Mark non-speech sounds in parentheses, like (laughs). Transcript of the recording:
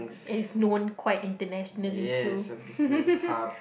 it is known quite internationally too (laughs)